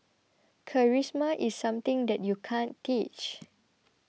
charisma is something that you can't teach